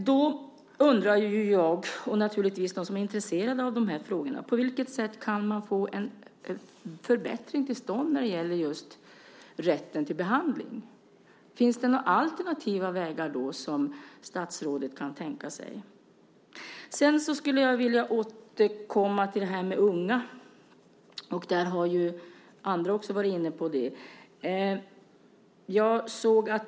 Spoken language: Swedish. Då undrar jag och de andra som är intresserade av de här frågorna: På vilket sätt kan man få en förbättring till stånd när det gäller rätten till behandling? Finns det alternativa vägar som statsrådet kan tänka sig? Jag skulle vilja återkomma till frågan om de unga, som andra också har varit inne på.